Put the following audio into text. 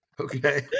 Okay